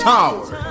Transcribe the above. Tower